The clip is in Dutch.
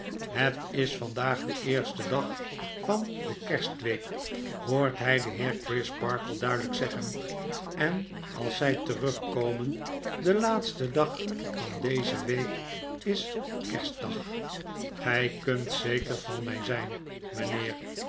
flet is vandaag de eerste dag van de kerstweek hoort hy den heer crisparkle duidelyk zeggen en als zy terugkomen de laatsfcedag van deze week is kerstdag a cry kunt zeker van my zijn mynheer